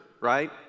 right